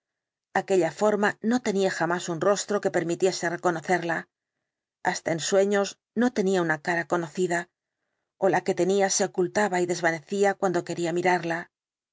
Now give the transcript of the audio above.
aquella forma no tenía jamás un rostro que permitiese reconocerla hasta en sueños no tenía una cara conocida la que tenía se ocultaba y desvanecía cuando quería mirarla